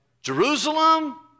Jerusalem